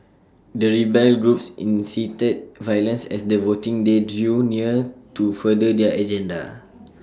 the rebel groups incited violence as the voting day drew near to further their agenda